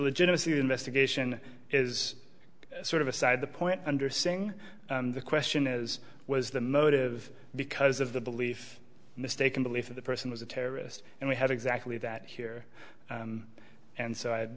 legitimacy of investigation is sort of a side the point under saying the question is was the motive because of the belief mistaken belief that the person was a terrorist and we had exactly that here and so i